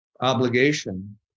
obligation